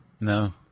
No